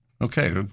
Okay